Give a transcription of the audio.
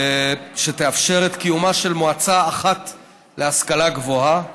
שתאפשר את קיומה של מועצה אחת להשכלה גבוהה